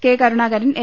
K Karunakaran A